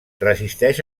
resisteix